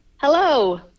Hello